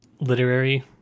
literary